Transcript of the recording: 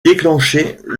déclenchée